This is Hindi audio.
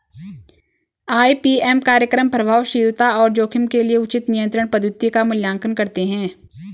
आई.पी.एम कार्यक्रम प्रभावशीलता और जोखिम के लिए उचित नियंत्रण पद्धति का मूल्यांकन करते हैं